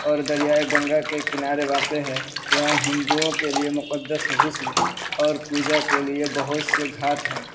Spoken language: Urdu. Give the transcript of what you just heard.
اور دریائے گنگا کے کنارے واقع ہے یہاں ہندوؤں کے لیے مقدس غسل اور پوجا کے لیے بہت سے گھاٹ ہیں